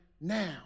now